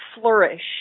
flourish